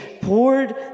poured